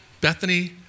Bethany